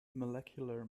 molecular